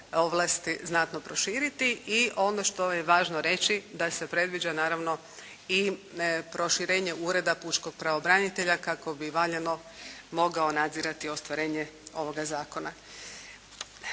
znatno proširiti i ono što je važno reći da se predviđa naravno i proširenje Ureda pučkog pravobranitelja kako bi valjano mogao nadzirati ostvarenje ovoga zakona.